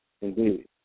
Indeed